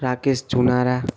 Rakesh Chunara